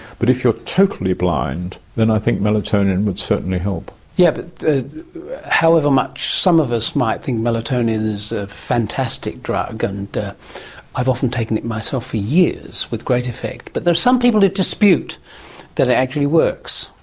but if you're totally blind then i think melatonin would certainly help. yes, yeah but however much some of us might think melatonin is a fantastic drug and i have often taken it myself for years with great effect, but there are some people who dispute that it actually works.